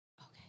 Okay